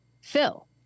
Phil